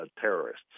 terrorists